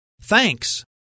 Thanks